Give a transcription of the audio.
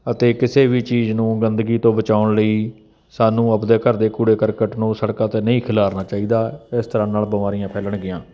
ਅਤੇ ਕਿਸੇ ਵੀ ਚੀਜ਼ ਨੂੰ ਗੰਦਗੀ ਤੋਂ ਬਚਾਉਣ ਲਈ ਸਾਨੂੰ ਆਪਣੇ ਘਰ ਦੇ ਕੂੜੇ ਕਰਕਟ ਨੂੰ ਸੜਕਾਂ 'ਤੇ ਨਹੀਂ ਖਿਲਾਰਨਾ ਚਾਹੀਦਾ ਇਸ ਤਰ੍ਹਾਂ ਨਾਲ ਬਿਮਾਰੀਆਂ ਫੈਲਣਗੀਆਂ